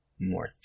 more